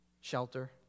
shelter